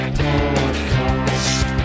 podcast